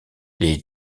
les